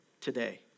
today